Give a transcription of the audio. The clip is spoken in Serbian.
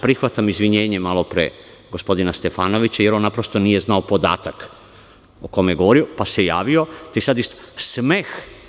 Prihvatam izvinjenje malo pre gospodina Stefanovića, jer on naprosto nije znao podatak o kome je govorio, pa se javi, te sada isto.